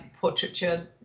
portraiture